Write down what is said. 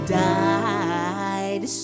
died